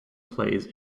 plays